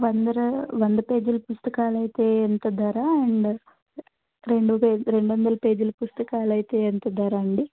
వంద రూ వంద పేజీల పుస్తకాలు అయితే ఎంత ధర అండ్ రెండు వేల్ రెండు వందల పేజీల పుస్తకాలు అయితే ఎంత ధర అండి